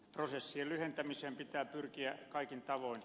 prosessien lyhentämiseen pitää pyrkiä kaikin tavoin